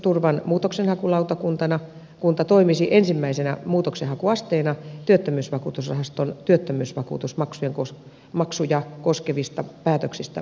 työttömyysturvan muutoksenhakulautakunta toimisi ensimmäisenä muutoksenhakuasteena työttömyysvakuutusrahaston työttömyysvakuutusmaksuja koskevista päätöksistä valitettaessa